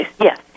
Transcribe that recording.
Yes